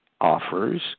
offers